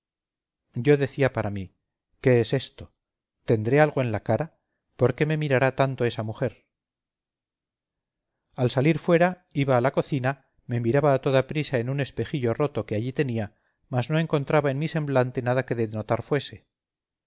yo decía para mí qué es esto tendré algo en la cara por qué me mirará tanto esa mujer al salir fuera iba a la cocina me miraba a toda prisa en un espejillo roto que allí tenía mas no encontraba en mi semblante nada que de notar fuese